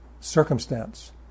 circumstance